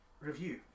review